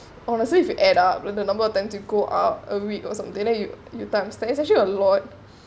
honestly if you add up the number of times you go out a week or something then you times that it's actually a lot